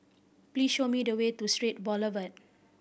please show me the way to Strait Boulevard